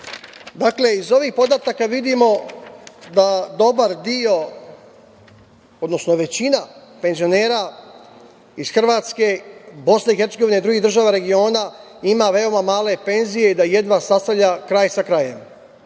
evra. Dakle, iz ovih podataka vidimo da dobar deo, odnosno većina penzionera iz Hrvatske, BiH i drugih država regiona ima veoma male penzije i da jedva sastavlja kraj sa krajem.